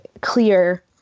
clear